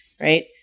right